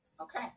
Okay